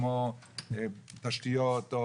כמו תשתיות,